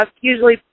usually